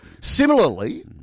Similarly